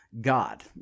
God